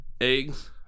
eggs